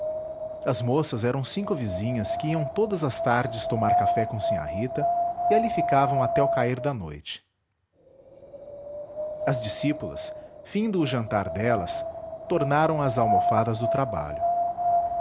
as moças eram cinco vizinhas que iam todas as tardes tomar café com sinhá rita e ali ficavam até o cair da noite as discípulas findo o jantar delas tornaram às almofadas do trabalho